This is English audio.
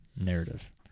narrative